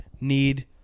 need